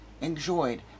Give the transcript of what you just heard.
enjoyed